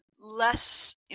less